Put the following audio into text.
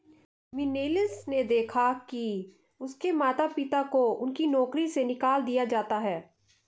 millennials ने देखा है कि उनके माता पिता को उनकी नौकरी से निकाल दिया जाता है